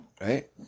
right